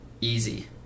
easy